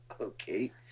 Okay